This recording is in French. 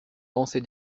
lancer